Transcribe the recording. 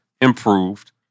improved